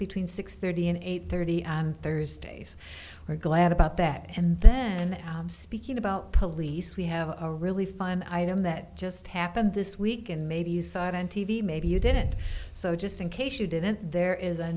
between six thirty and eight thirty and thursdays we're glad about that and then speaking about police we have a really fun item that just happened this week and maybe you saw it on t v maybe you didn't so just in case you didn't there is a